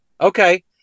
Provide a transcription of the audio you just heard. okay